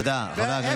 תודה, חבר הכנסת חנוך.